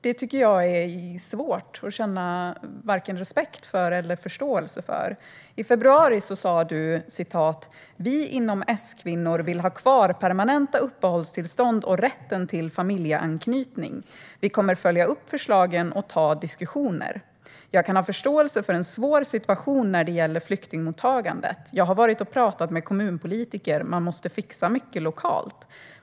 Det är svårt att känna respekt för eller ha förståelse för detta. I februari sa du: "Vi inom S-kvinnor vill ha kvar permanenta uppehållstillstånd och rätten till familjeanknytning, vi kommer att följa upp förslagen och ta diskussioner. Jag kan ha förståelse för en svår situation när det gäller flyktingmottagandet, jag har varit och pratat med kommunpolitiker, man måste fixa mycket lokalt.